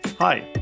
Hi